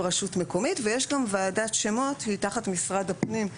רשות מקומית ויש גם ועדת שמות מתחת משרד הפנים,